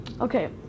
Okay